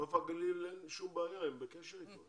נוף הגליל אין שום בעיה, הם בקשר אתו.